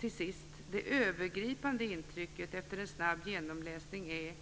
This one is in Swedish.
Till sist: Det övergripande intrycket efter en snabb genomläsning är